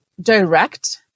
direct